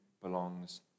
belongs